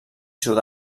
sud